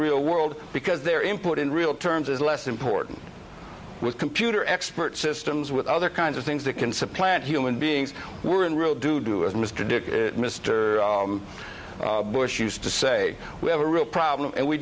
real world because their input in real terms is less important with computer expert systems with other kinds of things that can supplant human beings were in real doodoo as mr dick mister bush used to say we have a real problem and we